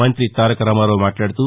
మంత్రి తారక రామరావు మాట్లాడుతూ